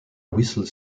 whistle